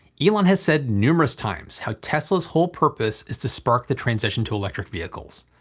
elon has said numerous times how tesla's whole purpose is to spark the transition to electric vehicles.